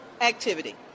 activity